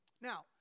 Now